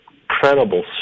incredible